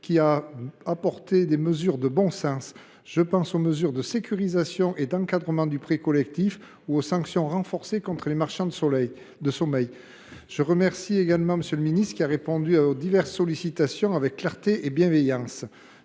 a proposé des mesures de bon sens ; je pense notamment aux mesures de sécurisation et d’encadrement du prêt collectif, et aux sanctions renforcées contre les marchands de sommeil. Je remercie également M. le ministre, qui a répondu à nos diverses sollicitations avec clarté et bienveillance.